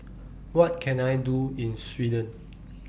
What Can I Do in Sweden